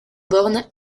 borne